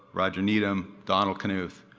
roger needham, donald knuth.